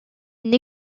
une